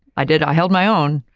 i did, i held my own,